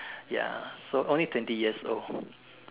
ya so only twenty years old